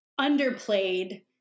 underplayed